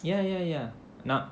ya ya ya